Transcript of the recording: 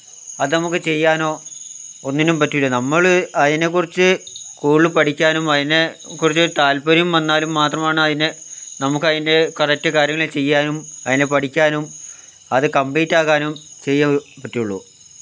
അതു നമുക്ക് ചെയ്യാനോ ഒന്നിനും പറ്റില്ല നമ്മൾ അതിനെക്കുറിച്ച് കൂടുതൽ പഠിക്കാനും അതിനെക്കുറിച്ച് താല്പര്യം വന്നാലും മാത്രമാണ് അതിനെ നമുക്ക് അതിൻ്റെ കറക്ട് കാര്യങ്ങൾ ചെയ്യാനും അതിനെ പഠിക്കാനും അത് കംപ്ലീറ്റ് ആക്കാനും ചെയ്യാൻ പറ്റുള്ളൂ